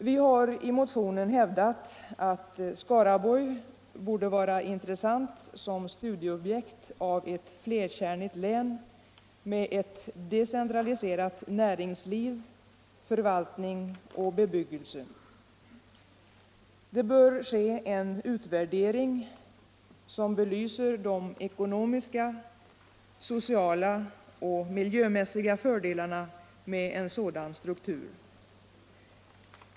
Vi har i motionen hävdat att Skaraborg borde vara intressant som studieobjekt av ett flerkärnigt län med decentraliserat näringsliv, förvaltning och bebyggelse. Det bör ske en utvärdering som belyser de ekonomiska, sociala och miljömässiga fördelarna med en sådan struktur.